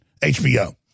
HBO